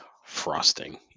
Frosting